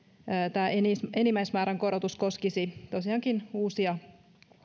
tämä enimmäismäärän korotus koskisi tosiaankin uusia